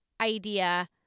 idea